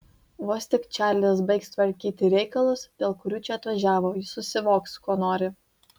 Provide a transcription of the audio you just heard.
vos tik čarlis baigs tvarkyti reikalus dėl kurių čia atvažiavo jis susivoks ko nori